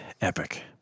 epic